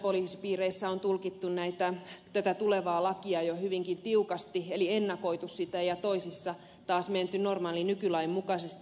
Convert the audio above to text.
joissain poliisipiireissä on tulkittu tätä tulevaa lakia jo hyvinkin tiukasti eli ennakoitu sitä ja toisissa taas menty normaalin nykylain mukaisesti